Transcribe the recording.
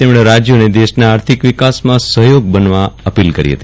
તેમણે રાજયોને દેશના આર્થિક વિકાસમાં સહયોગ બનવા અપીલ કરી હતી